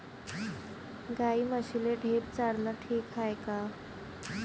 गाई म्हशीले ढेप चारनं ठीक हाये का?